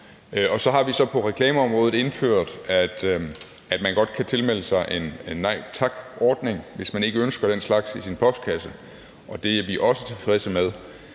Så har vi så på reklameområdet indført, at man godt kan tilmelde sig en Nej Tak-ordning, hvis man ikke ønsker den slags i sin postkasse, og det er vi også tilfredse med.